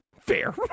fair